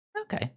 Okay